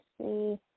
see